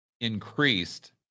increased